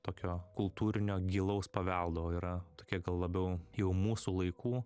tokio kultūrinio gilaus paveldo yra tokia gal labiau jau mūsų laikų